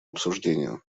обсуждению